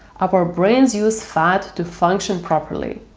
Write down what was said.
our brains use fat to function properly.